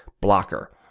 blocker